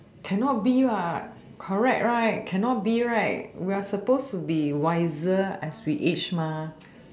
cannot be what correct right cannot be right we are suppose to be wiser as we age mah